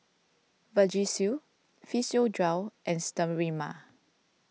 Vagisil Physiogel and Sterimar